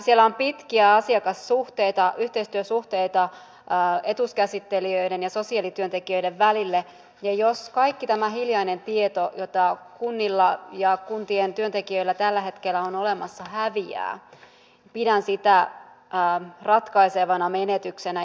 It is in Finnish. siellä on pitkiä asiakassuhteita yhteistyösuhteita etuuskäsittelijöiden ja sosiaalityöntekijöiden välillä ja jos kaikki tämä hiljainen tieto jota kunnilla ja kuntien työntekijöillä tällä hetkellä on olemassa häviää pidän sitä ratkaisevana menetyksenä